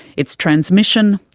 its transmission,